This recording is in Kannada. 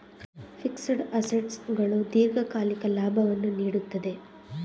ಫಿಕ್ಸಡ್ ಅಸೆಟ್ಸ್ ಗಳು ದೀರ್ಘಕಾಲಿಕ ಲಾಭವನ್ನು ನೀಡುತ್ತದೆ